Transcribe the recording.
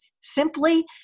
simply